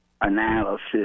analysis